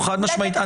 חד-משמעית.